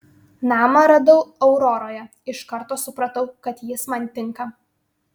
namą radau auroroje iš karto supratau kad jis man tinka